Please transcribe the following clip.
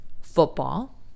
football